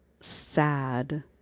sad